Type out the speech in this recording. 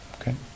okay